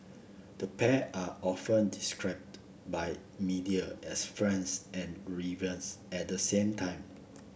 the pair are often described by media as friends and rivals at the same time